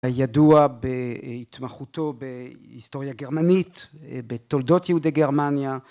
הידוע בהתמחותו בהיסטוריה גרמנית בתולדות יהודי גרמניה.